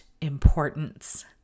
importance